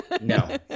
No